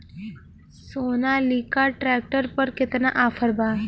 Sonalika tractor पर केतना offer बा?